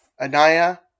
Anaya